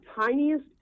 tiniest